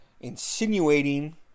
Insinuating